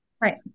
Right